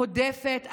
הודפת.